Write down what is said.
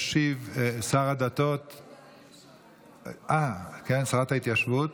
ישיב שר הדתות, אה, שרת ההתיישבות